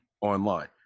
online